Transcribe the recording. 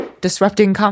disrupting